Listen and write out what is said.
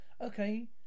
Okay